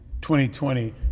2020